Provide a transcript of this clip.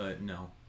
No